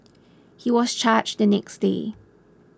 he was charged the next day